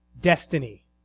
destiny